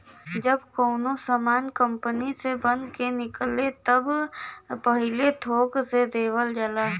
जब कउनो सामान कंपनी से बन के निकले त पहिले थोक से देवल जाला